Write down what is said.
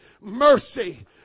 mercy